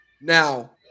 Now